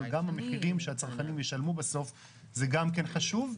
אבל גם המחירים שהצרכנים ישלמו בסוף זה גם כן חשוב,